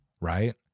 right